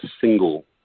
single